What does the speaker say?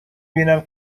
بینم